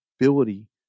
ability